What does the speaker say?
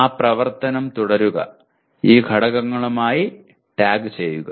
ആ പ്രവർത്തനം തുടരുക ഈ ഘടകങ്ങളുമായി ടാഗ് ചെയ്യുക